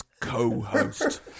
co-host